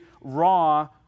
raw